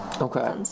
Okay